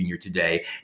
today